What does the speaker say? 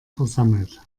versammelt